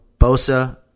Bosa